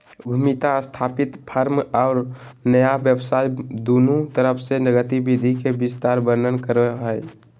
उद्यमिता स्थापित फर्म और नया व्यवसाय दुन्नु तरफ से गतिविधि के विस्तार वर्णन करो हइ